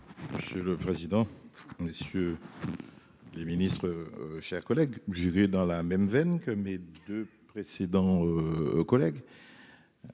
Monsieur le président. Messieurs. Les ministres. Chers collègues je dans la même veine que mes 2 précédents. Collègues.